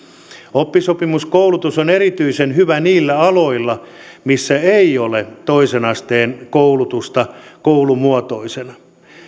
oppisopimuskoulutus on erityisen hyvä niillä aloilla missä ei ole toisen asteen koulutusta koulumuotoisena